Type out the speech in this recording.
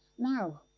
now,